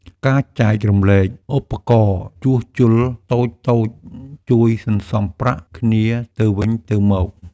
ការចែករំលែកឧបករណ៍ជួសជុលតូចៗជួយសន្សំប្រាក់គ្នាទៅវិញទៅមក។